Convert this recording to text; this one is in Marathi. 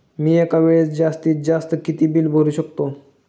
मी एका वेळेस जास्तीत जास्त किती बिल भरू शकतो?